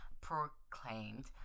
proclaimed